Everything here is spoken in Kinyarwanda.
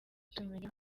tumenye